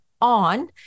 on